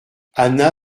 anna